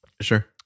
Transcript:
Sure